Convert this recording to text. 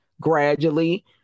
gradually